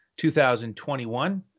2021